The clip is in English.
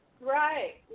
Right